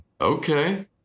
Okay